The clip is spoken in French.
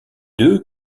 deux